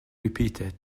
repeated